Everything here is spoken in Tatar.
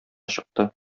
чыкты